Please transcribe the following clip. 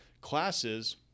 classes